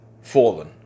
fallen